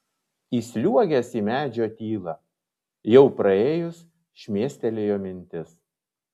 įsliuogęs į medžio tylą jau praėjus šmėstelėjo mintis